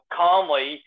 calmly